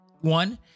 one